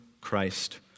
Christ